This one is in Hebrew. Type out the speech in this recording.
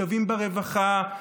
שווים ברווחה,